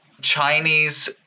Chinese